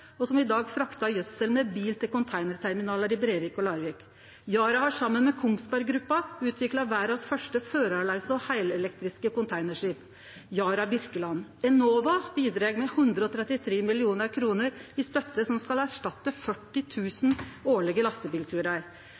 produserer mineralgjødsel. I dag blir gjødsel frakta med bil til konteinarterminalar i Brevik og Larvik. Yara har saman med Kongsberg Gruppen utvikla verdas første førarlause og heilelektriske konteinarskip, «Yara Birkeland». Enova bidreg med 133 mill. kr i støtte til prosjektet, som skal erstatte 40 000 årlege lastebilturar.